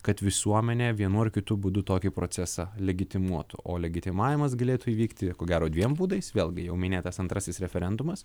kad visuomenė vienu ar kitu būdu tokį procesą legitimuotų o legitimavimas galėtų įvykti ko gero dviem būdais vėlgi jau minėtas antrasis referendumas